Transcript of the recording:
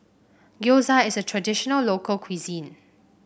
gyoza is a traditional local cuisine